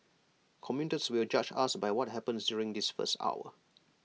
commuters will judge us by what happens during this first hour